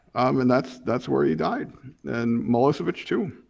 and that's that's where he died and milosevic, too.